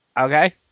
Okay